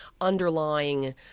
underlying